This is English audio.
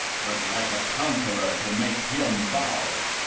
but like a conqueror to make him bow.